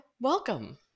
welcome